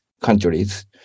countries